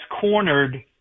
cornered